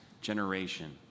generation